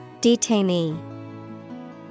Detainee